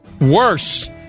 worse